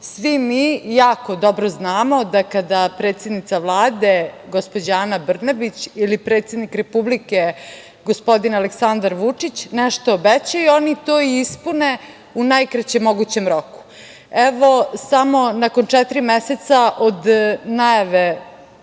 Svi mi jako dobro znamo kada predsednica Vlade, gospođa Ana Brnabić ili predsednik Republike, gospodin Aleksandar Vučić nešto obećaju, oni to i ispune u najkraćem mogućem roku. Samo nakon četiri meseca od najave